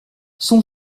son